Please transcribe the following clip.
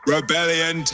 Rebellion